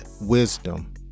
wisdom